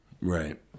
Right